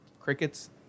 Crickets